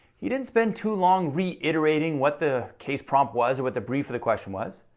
he didn't spend too long reiterating what the case prompt was or what the brief of the question was.